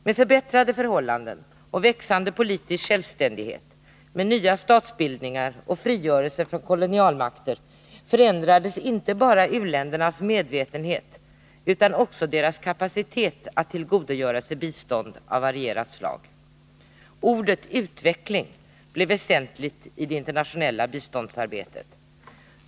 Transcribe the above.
Med förbättrade förhållanden och växande politisk självständighet, med nya statsbildningar och frigörelse från kolonialmakter förändrades inte bara u-ländernas medvetenhet utan också deras kapacitet att tillgodogöra sig bistånd av varierande slag. Ordet utveckling blev väsentligt i det internatio nella biståndsarbetet.